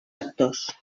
actors